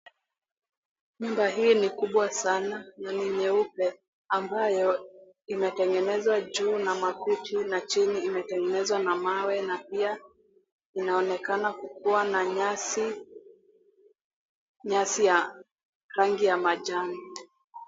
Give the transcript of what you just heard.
Nyumba hii ni kubwa sana na ni nyeupe, ambayo imetengenezwa juu na makuti la chini imetengenezwa na mawe. Na pia inaonekana kukuwa na nyasi ya rangi ya majani.